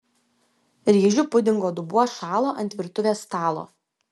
ryžių pudingo dubuo šalo ant virtuvės stalo